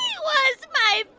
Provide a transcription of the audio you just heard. he was my